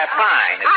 fine